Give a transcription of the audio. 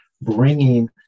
bringing